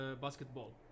basketball